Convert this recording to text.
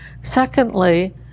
Secondly